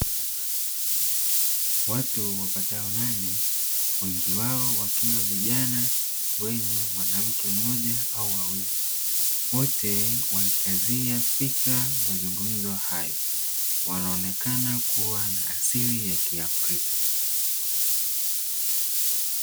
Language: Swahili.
Watu wapatao nane wengi wao wakiwa vijana wenye mwanamke mmoja au wawili wote wakikazia fikra mazungumzo hayo, wanaonekana kuwa na asili ya kiafrika.